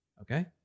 Okay